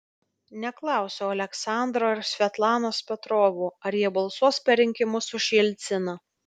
neklausiau aleksandro ir svetlanos petrovų ar jie balsuos per rinkimus už jelciną